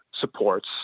supports